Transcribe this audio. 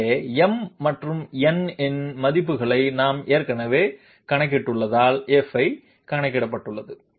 எனவே m மற்றும் n இன் மதிப்புகளை நாம் ஏற்கனவே கணக்கிட்டுள்ளதால் f கணக்கிடப்பட்டுள்ளது